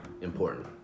important